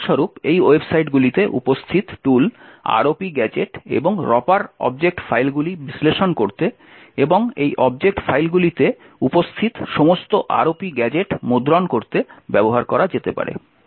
উদাহরণস্বরূপ এই ওয়েবসাইটগুলিতে উপস্থিত টুল ROP গ্যাজেট এবং রপার অবজেক্ট ফাইলগুলি বিশ্লেষণ করতে এবং এই অবজেক্ট ফাইলগুলিতে উপস্থিত সমস্ত ROP গ্যাজেট মুদ্রণ করতে ব্যবহার করা যেতে পারে